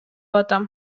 атам